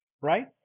Right